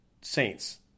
Saints